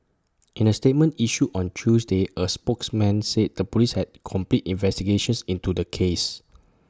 in A statement issued on Tuesday A spokesman said the Police had completed investigations into the case